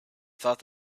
thought